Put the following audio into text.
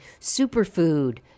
Superfood